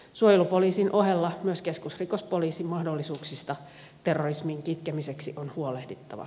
suojelupoliisin ohella myös keskusrikospoliisin mahdollisuuksista terrorismin kitkemiseksi on huolehdittava